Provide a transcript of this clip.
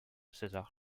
césar